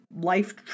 life